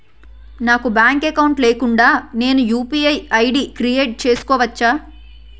నాకు bank account లేకుండా నేను యు.పి.ఐ ఐ.డి క్రియేట్ చేసుకోవచ్చా?